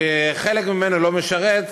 שחלק ממנו לא משרת,